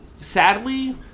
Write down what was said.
Sadly